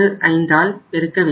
8565ஆல் பெருக்க வேண்டும்